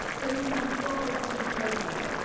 please come forward to the podium.